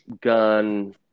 gun